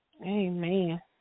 Amen